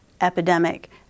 epidemic